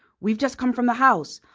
we've just come from the house.